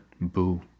boo